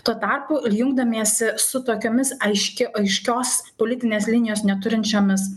tuo tarpu jungdamiesi su tokiomis aiški aiškios politinės linijos neturinčiomis